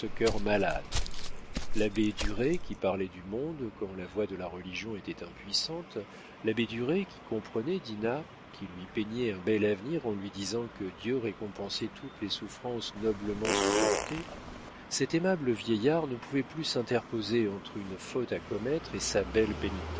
malade l'abbé duret qui parlait du monde quand la voix de la religion était impuissante l'abbé duret qui comprenait dinah qui lui peignait un bel avenir en lui disant que dieu récompenserait toutes les souffrances noblement supportées cet aimable vieillard ne pouvait plus s'interposer entre une faute à commettre et sa belle